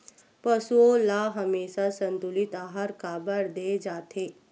पशुओं ल हमेशा संतुलित आहार काबर दे जाथे?